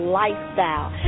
lifestyle